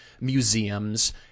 museums